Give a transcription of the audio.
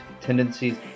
tendencies